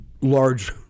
large